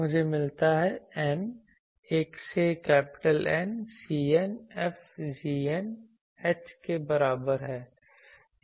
मुझे मिलता है n 1 से N cn F h के बराबर है